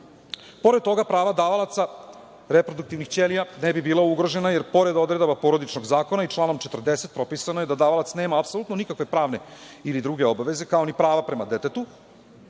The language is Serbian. Pored toga, prava davalaca reproduktivnih ćelija ne bi bila ugrožena jer pored odredaba Porodičnog zakona i članom 40. propisano je da davalac nema apsolutno nikakve pravne ili druge obaveze, kao ni pravo prema detetu,